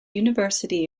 university